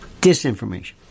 disinformation